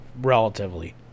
relatively